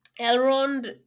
elrond